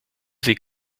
sie